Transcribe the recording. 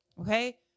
okay